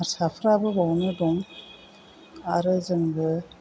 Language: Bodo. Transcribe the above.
हारसाफ्राबो बावनो दं आरो जोंबो